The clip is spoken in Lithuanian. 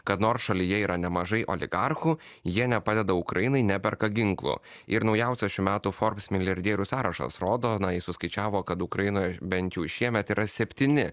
kad nors šalyje yra nemažai oligarchų jie nepadeda ukrainai neperka ginklų ir naujausias šių metų forbs milijardierių sąrašas rodo na jis suskaičiavo kad ukrainoj bent jau šiemet yra septyni